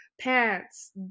pants